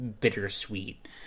bittersweet